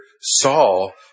Saul